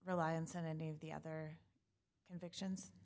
reliance on any of the other convictions